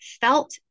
felt